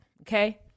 okay